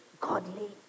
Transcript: godly